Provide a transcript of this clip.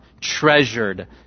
treasured